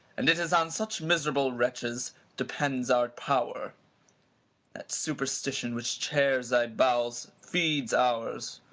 and it is on such miserable wretches depends our power that superstition which tears thy bowels, feeds ours.